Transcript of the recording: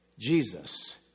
Jesus